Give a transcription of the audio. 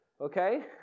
Okay